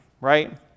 right